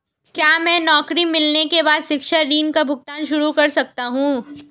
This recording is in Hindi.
क्या मैं नौकरी मिलने के बाद शिक्षा ऋण का भुगतान शुरू कर सकता हूँ?